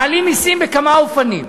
מעלים מסים בכמה אופנים: